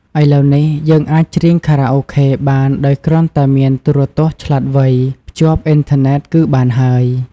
ឥឡូវនេះយើងអាចច្រៀងខារ៉ាអូខេបានដោយគ្រាន់តែមានទូរទស្សន៍ឆ្លាតវៃ ភ្ជាប់អ៊ីនធឺណិតគឺបានហើយ។